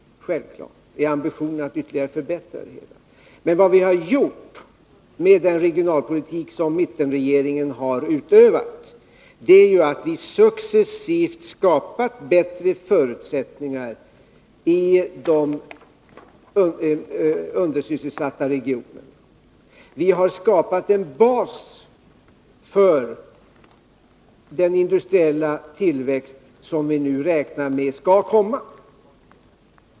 Vår ambition är att förbättra den. Men vad vi gjort med den regionalpolitik som mittenregeringen har utövat är att vi successivt förbättrat förutsättningarna i de undersysselsatta regionerna. Vi har skapat en bas för den industriella tillväxt som vi nu räknar med skall komma.